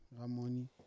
Ramoni